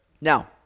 Now